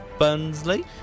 Burnsley